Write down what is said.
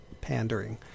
pandering